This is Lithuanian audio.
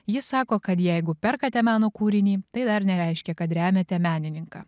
ji sako kad jeigu perkate meno kūrinį tai dar nereiškia kad remiate menininką